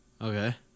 Okay